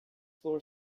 floor